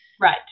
Right